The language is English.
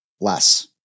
less